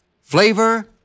flavor